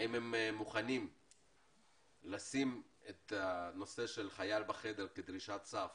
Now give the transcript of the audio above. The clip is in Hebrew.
האם הם מוכנים לשים את הנושא של חייל בחדר כדרישת סף